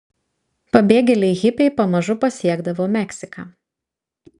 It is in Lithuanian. pabėgėliai hipiai pamažu pasiekdavo meksiką